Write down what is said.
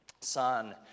son